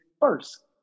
first